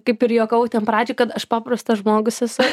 kaip ir juokavau ten pradžioj kad aš paprastas žmogus esu